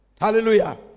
Hallelujah